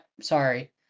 Sorry